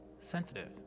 sensitive